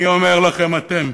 אני אומר לכם, אתם,